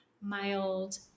mild